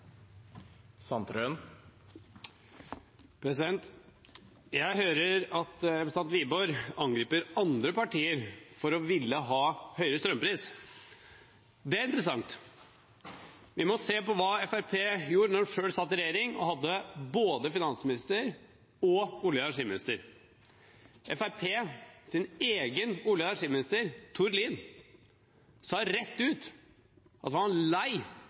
interessant. Vi må se på hva Fremskrittspartiet gjorde da de selv satt i regjering og hadde både finansministeren og olje- og energiministeren. Fremskrittspartiets egen olje- og energiminister, Tord Lien, sa rett ut at han var lei